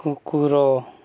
କୁକୁର